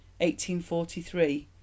1843